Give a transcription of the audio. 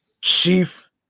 chief